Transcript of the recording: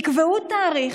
תקבעו תאריך,